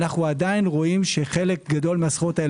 אנו עדיין רואים שחלק גדול מהסחורות האלה